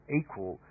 equal